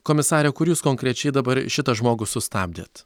komisare kur jūs konkrečiai dabar šitą žmogų sustabdėt